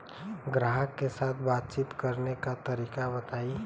ग्राहक के साथ बातचीत करने का तरीका बताई?